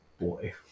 boy